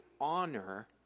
honor